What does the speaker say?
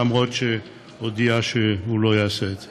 למרות שהודיע שהוא לא יעשה את זה.